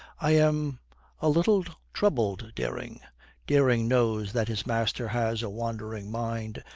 i am a little troubled, dering dering knows that his master has a wandering mind,